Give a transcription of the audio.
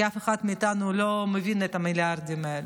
כי אף אחד מאיתנו לא מבין את המיליארדים האלה.